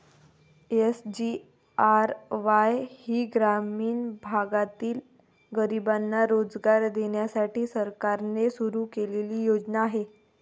SGRY ही ग्रामीण भागातील गरिबांना रोजगार देण्यासाठी सरकारने सुरू केलेली योजना आहे